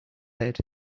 head